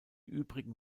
übrigen